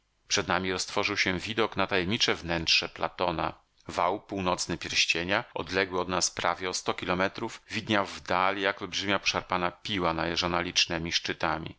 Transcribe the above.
przed nami roztworzył się widok na tajemnicze wnętrze platona wał północny pierścienia odległy od nas prawie o sto kilometrów widniał w dali jak olbrzymia poszarpana piła najeżona licznemi szczytami